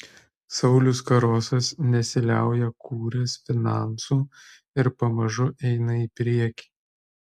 saulius karosas nesiliauja kūręs finansų ir pamažu eina į priekį